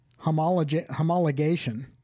homologation